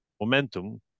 momentum